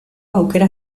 aukera